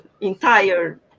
entire